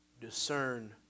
discern